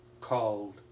called